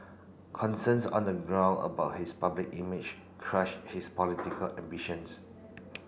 concerns on the ground about his public image crush his political ambitions